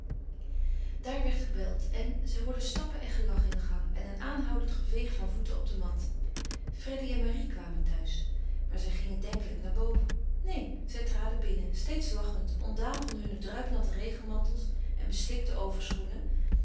daar werd gebeld en zij hoorde stappen en gelach in de gang en een aanhoudend geveeg van voeten op de mat freddy en marie kwamen thuis maar zij gingen denkelijk naar boven neen zij traden binnen steeds lachend ontdaan van hunne druipnatte regenmantels en beslikte